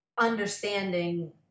understanding